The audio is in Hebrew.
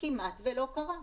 כמעט ולא קרה.